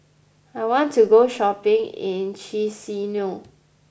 I want to go shopping in Chisinau